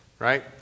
Right